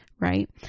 right